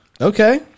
Okay